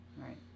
right